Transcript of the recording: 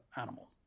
animal